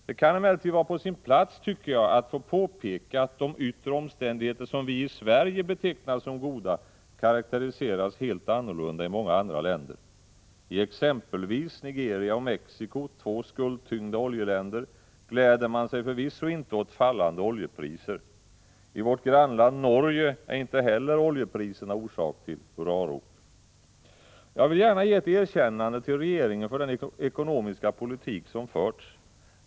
Det kan emellertid vara på sin plats att påpeka att de yttre omständigheter som vi i Sverige betecknar som goda karakteriseras helt annorlunda i många andra länder. I exempelvis Nigeria och Mexico, två skuldtyngda oljeländer, gläder man sig förvisso inte åt fallande oljepriser. I vårt grannland Norge är inte heller oljepriserna orsak till hurrarop. Jag vill gärna ge ett erkännande till regeringen för den ekonomiska politik som förts.